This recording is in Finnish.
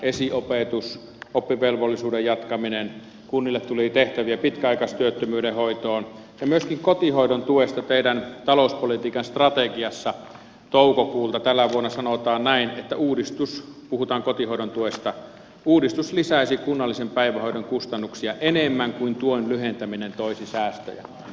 esiopetus oppivelvollisuuden jatkaminen kunnille tuli tehtäviä pitkäaikaistyöttömyyden hoitoon ja myöskin kotihoidon tuesta teidän talouspolitiikan strategiassa toukokuulta tänä vuonna sanotaan näin puhutaan kotihoidon tuesta että uudistus lisäisi kunnallisen päivähoidon kustannuksia enemmän kuin tuon lyhentäminen toisi säästöjä